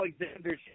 Alexander